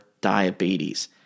diabetes